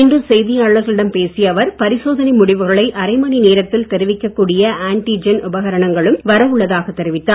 இன்று செய்தியாளர்களிடம் பேசிய அவர் பரிசோதனை முடிவுகளை அரை மணிநேரத்தில் தெரிவிக்க கூடிய ஆன்டி ஜென் உபகரணங்களும் வர உள்ளதாக தெரிவித்தார்